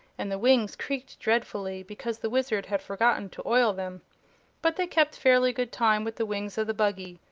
and the wings creaked dreadfully because the wizard had forgotten to oil them but they kept fairly good time with the wings of the buggy,